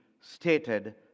stated